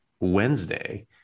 Wednesday